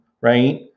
right